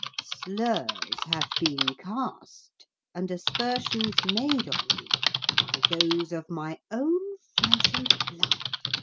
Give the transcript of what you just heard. slurs have been cast and aspersions made on me by those of my own flesh and blood.